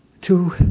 to